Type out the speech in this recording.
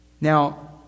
Now